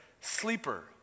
sleeper